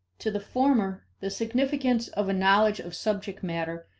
to the former, the significance of a knowledge of subject matter,